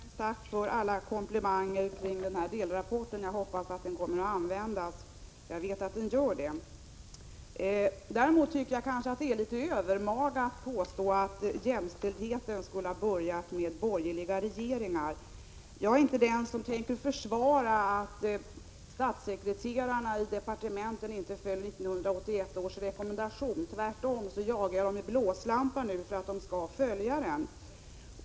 Herr talman! Först och främst: Tack för alla komplimanger beträffande delrapporten! Jag hoppas att den kommer att användas, och jag vet att så sker. Däremot tycker jag kanske att det är litet övermaga att påstå att jämställdheten skulle ha börjat med borgerliga regeringar. Jag är inte den som försvarar att statssekreterarna i departementen inte följer 1981 års rekommendation. Tvärtom jagar jag dem med blåslampa för att de skall följa den.